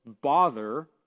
bother